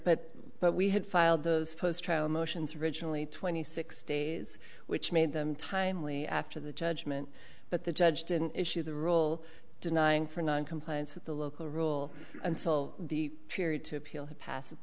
but but we had filed those post trial motions originally twenty six days which made them timely after the judgment but the judge didn't issue the rule denying for noncompliance with the local rule until the period to appeal had pass